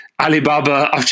Alibaba